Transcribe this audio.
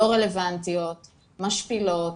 לא רלבנטיות, משפילות,